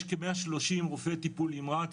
יש כמאה שלושים רופאי טיפול נמרץ,